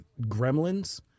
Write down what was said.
gremlins